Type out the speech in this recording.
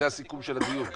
זה הסיכום של הדיון כרגע.